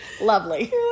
Lovely